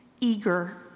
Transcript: eager